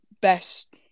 best